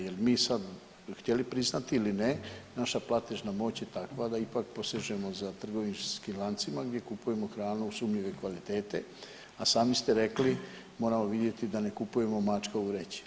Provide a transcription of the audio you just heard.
Jer mi sad htjeli priznati ili ne, naša platežna moć je takva da ipak posežemo za trgovinskim lancima gdje kupujemo hranu sumnjive kvalitete, a sami ste rekli moramo vidjeti da ne kupujemo mačka u vreći.